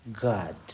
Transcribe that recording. God